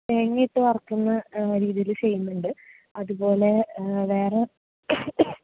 തേങ്ങയിട്ടു വറുക്കുന്ന രീതിയിൽ ചെയ്യുന്നുണ്ട് അതുപോലെ വേറെ